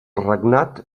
regnat